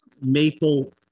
maple